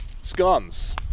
scones